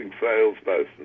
salesperson